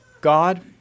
God